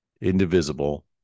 indivisible